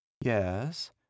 Yes